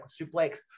suplex